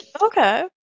Okay